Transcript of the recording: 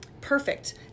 perfect